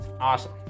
Awesome